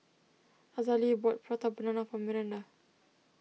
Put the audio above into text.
Azalee bought Prata Banana for Miranda